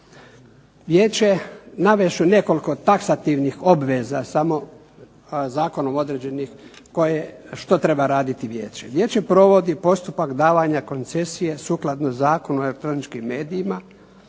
Vijeće, navest ću nekoliko taksativnih obveza zakonom određenih, što treba raditi vijeće. Vijeće provodi postupak davanja koncesija sukladno Zakonu o elektroničkim medijima